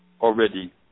Already